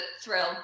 Thrill